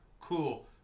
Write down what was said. Cool